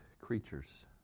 creatures